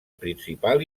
principal